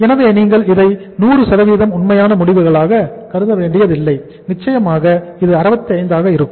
எனவே நீங்கள் இதை 100 உண்மையான முடிவுகளாக கருதவேண்டியதில்லை நிச்சயமாக இது 65 ஆக இருக்கும்